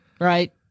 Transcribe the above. Right